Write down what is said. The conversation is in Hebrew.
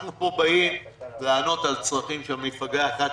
אנחנו פה באים לענות על צרכים של מפלגה אחת,